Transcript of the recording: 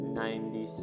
ninety